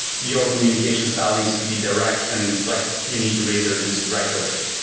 your communication style needs to be direct and like you need to raise urgency right away.